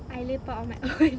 I lepak on my own